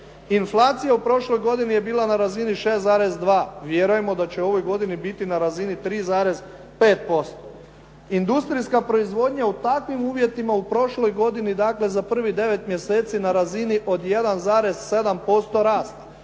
Inflacija u prošloj godini je bila na razini 6,2. Vjerujemo da će u ovoj godini biti na razini 3,5%. Industrijska proizvodnja u takvim uvjetima u prošloj godini, dakle za prvih 9 mjeseci na razini od 1,7% rasta.